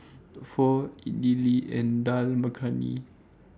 Pho Idili and Dal Makhani